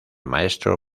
maestro